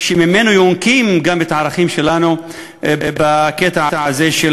שממנו יונקים גם את הערכים שלנו בקטע הזה של